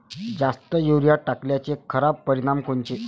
जास्त युरीया टाकल्याचे खराब परिनाम कोनचे?